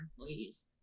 employees